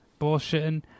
bullshitting